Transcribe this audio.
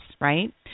right